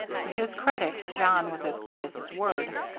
to his credit, john was as good as his word.